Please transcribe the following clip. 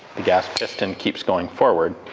the gas piston keeps going forward,